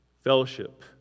fellowship